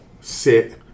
sit